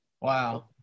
wow